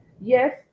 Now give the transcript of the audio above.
Yes